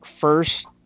first